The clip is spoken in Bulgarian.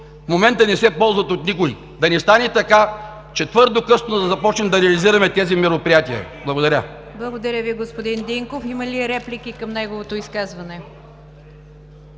момента не се ползват от никой. Да не стане така, че твърде късно да започнем да реализираме тези мероприятия? Благодаря. ПРЕДСЕДАТЕЛ НИГЯР ДЖАФЕР: Благодаря Ви, господин Динков. Има ли реплики към неговото изказване?